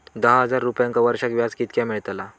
दहा हजार रुपयांक वर्षाक व्याज कितक्या मेलताला?